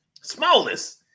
smallest